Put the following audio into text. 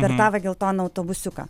per tą va geltoną autobusiuką